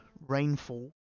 Rainfall